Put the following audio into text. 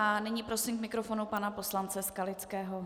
Nyní prosím k mikrofonu pana poslance Skalického.